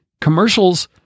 Commercials